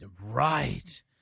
Right